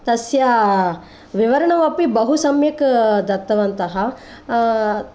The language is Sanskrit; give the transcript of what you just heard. तस्य विवरणमपि बहु सम्यक् दत्तवन्तः